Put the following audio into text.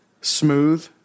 Smooth